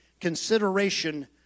consideration